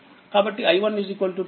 కాబట్టి i1 2ఆంపియర్